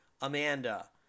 Amanda